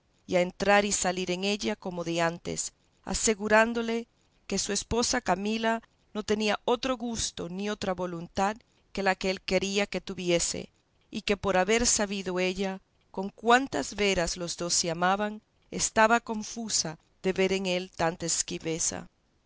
a entrar y salir en ella como de antes asegurándole que su esposa camila no tenía otro gusto ni otra voluntad que la que él quería que tuviese y que por haber sabido ella con cuántas veras los dos se amaban estaba confusa de ver en él tanta esquiveza